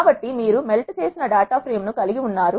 కాబట్టి మీరు మెల్ట్ చేసిన డేటా ప్రేమ్ ను కలిగి ఉన్నారు